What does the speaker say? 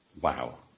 Wow